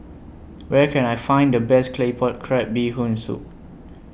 Where Can I Find The Best Claypot Crab Bee Hoon Soup